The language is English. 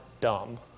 dumb